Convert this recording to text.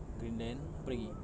Greenland apa lagi